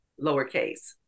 lowercase